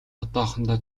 одоохондоо